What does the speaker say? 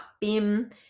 BIM